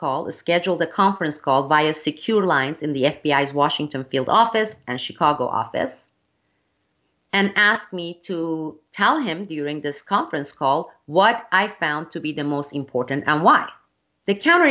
call the schedule the conference call via secure lines in the f b i s washington field office and chicago office and asked me to tell him during this conference call what i found to be the most important and why the counter